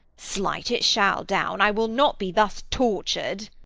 slight, it shall down i will not be thus tortured.